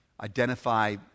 identify